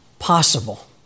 Possible